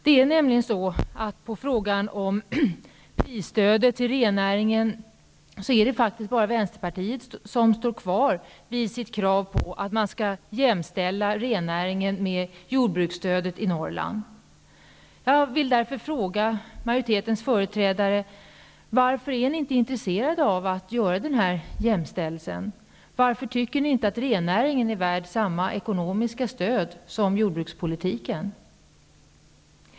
Beträffande frågan om prisstöd till rennäringen är det faktiskt bara Vänsterpartiet som står kvar vid sitt krav på att man skall jämställa rennäringen med jordbruket i Norrland. Jag vill därför fråga majoritetens företrädare: Varför är ni inte intresserade av att göra denna jämställelse? Varför tycker ni inte att rennäringen är värd samma ekonomiska stöd som jordbruket?